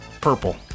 Purple